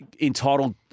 entitled